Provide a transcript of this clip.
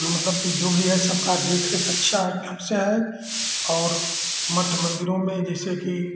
मतलब की जो भी है सबका देख रेख अच्छा से है और मठ मंदिरों में जैसे कि